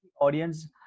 audience